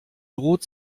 droht